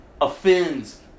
offends